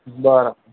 બરાબર